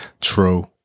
True